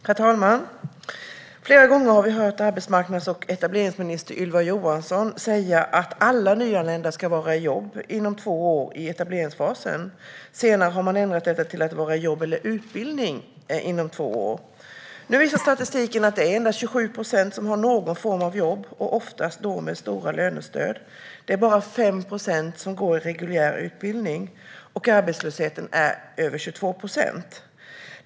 Herr talman! Flera gånger har vi hört arbetsmarknads och etableringsminister Ylva Johansson säga att alla nyanlända ska vara i jobb inom två år i etableringsfasen. Senare har det ändrats till att de ska vara i jobb eller utbildning inom två år. Statistiken visar att det är endast 27 procent som har någon form av jobb, och oftast med stora lönestöd. Det är bara 5 procent som går en reguljär utbildning, och arbetslösheten är över 22 procent.